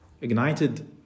ignited